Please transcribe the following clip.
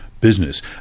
business